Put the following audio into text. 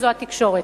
וזו התקשורת.